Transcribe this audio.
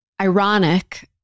ironic